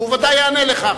והוא ודאי יענה לך,